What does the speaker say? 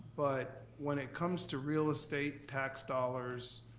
but when it comes to real estate tax dollars,